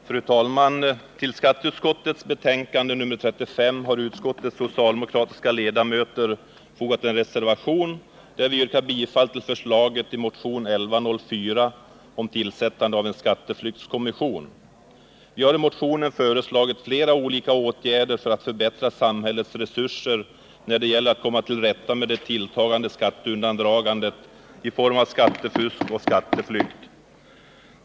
Fru talman! Till skatteutskottets betänkande nr 35 har utskottets socialdemokratiska ledamöter fogat en reservation, där vi yrkar bifall till förslaget i motion 1104 om tillsättande av en skatteflyktskommission. Vi har i motionen föreslagit flera olika åtgärder för att förbättra samhällets resurser när det gäller att komma till rätta med det tilltagande skatteundandragandet i form av skattefusk och skatteflykt.